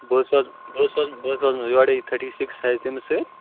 بہٕ حظ سوزٕ بہٕ حظ سوزٕ مَو یوٚرے تھٲرٹی سِکِس سایِز تٔمِس سۭتۍ